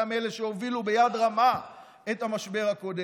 שהיה מאלה שהובילו ביד רמה את המשבר הקודם.